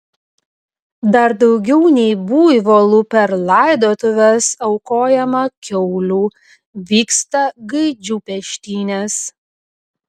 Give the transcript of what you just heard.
dar daugiau nei buivolų per laidotuves aukojama kiaulių vyksta gaidžių peštynės